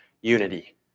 unity